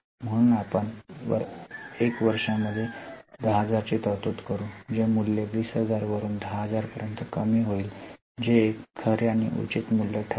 म्हणून आपण वर्ष 1 मध्ये 10000 ची तरतूद करू जे मूल्य 20000 वरून 10000 पर्यंत कमी होईल जे एक खरे आणि उचित मूल्य ठरेल